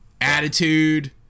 Attitude